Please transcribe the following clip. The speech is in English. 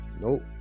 Nope